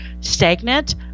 stagnant